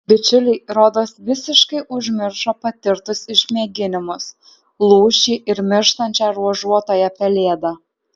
bičiuliai rodos visiškai užmiršo patirtus išmėginimus lūšį ir mirštančią ruožuotąją pelėdą